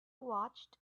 watched